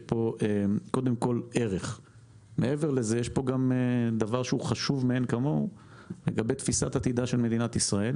מעבר לערכיות יש כאן גם אמירה לגבי תפיסת עתידה של מדינת ישראל